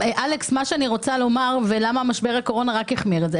אלכס, למה משבר הקורונה רק החמיר את זה?